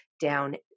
down